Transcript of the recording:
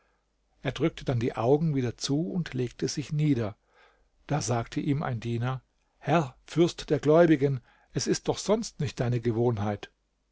er drückte dann die augen wieder zu und legte sich nieder da sagte ihm ein diener herr fürst der gläubigen es ist doch sonst nicht deine gewohnheit